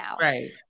right